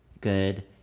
good